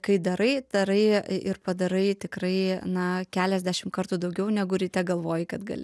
kai darai darai ir padarai tikrai na keliasdešim kartų daugiau negu ryte galvojai kad gali